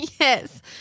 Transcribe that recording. Yes